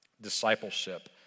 discipleship